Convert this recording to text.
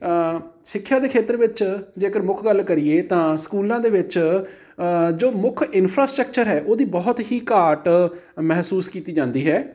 ਸਿੱਖਿਆ ਦੇ ਖੇਤਰ ਵਿੱਚ ਜੇਕਰ ਮੁੱਖ ਗੱਲ ਕਰੀਏ ਤਾਂ ਸਕੂਲਾਂ ਦੇ ਵਿੱਚ ਜੋ ਮੁੱਖ ਇਨਫਰਾਸਟਰਕਚਰ ਹੈ ਉਹਦੀ ਬਹੁਤ ਹੀ ਘਾਟ ਮਹਿਸੂਸ ਕੀਤੀ ਜਾਂਦੀ ਹੈ